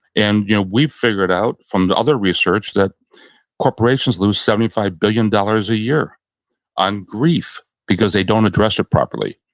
and you know we figured out from other research that corporations lose seventy five billion dollars a year on grief because they don't address it properly.